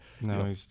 No